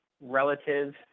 relative